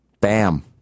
Bam